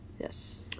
Yes